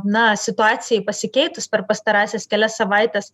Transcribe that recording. na situacijai pasikeitus per pastarąsias kelias savaites